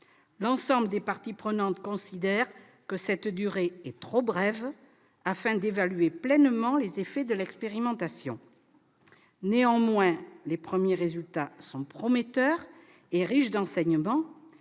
L'ensemble des parties prenantes considère que cette durée est trop brève pour évaluer pleinement les effets de l'expérimentation. Les premiers résultats sont toutefois prometteurs et riches d'enseignements.